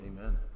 Amen